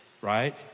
right